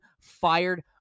fired